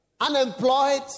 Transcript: unemployed